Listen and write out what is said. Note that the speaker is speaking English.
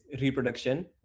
reproduction